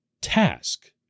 task